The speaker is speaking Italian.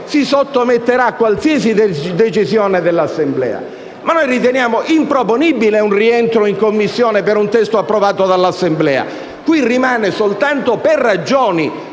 si sottometterà a qualsiasi decisione dell'Assemblea. Noi riteniamo, però, improponibile il rientro in Commissione di un testo approvato dall'Assemblea. Qui rimane soltanto, per ragioni